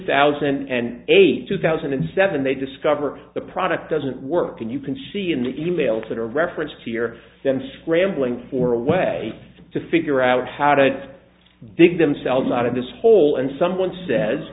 thousand and eight two thousand and seven they discover the product doesn't work and you can see in the e mails that are referenced here then scrambling for a way to figure out how to dig themselves out of this hole and someone says